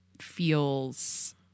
feels